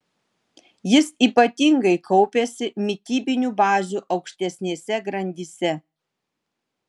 jis ypatingai kaupiasi mitybinių bazių aukštesnėse grandyse